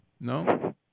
No